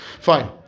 fine